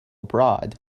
abroad